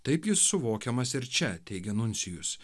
taip jis suvokiamas ir čia teigia nuncijus